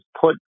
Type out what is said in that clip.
put